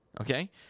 Okay